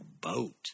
boat